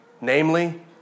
Namely